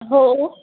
हो